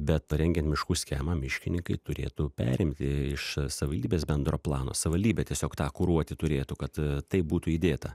bet parengiant miškų schemą miškininkai turėtų perimti iš savaldybės bendro plano savaldybė tiesiog tą kuruoti turėtų kad tai būtų įdėta